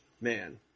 Man